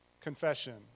confession